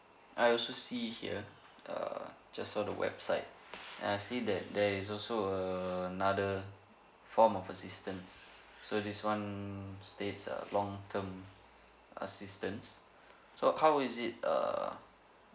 I also see here err just saw the website I see that there is also another form of assistance so this one states uh long term assistance so how is it err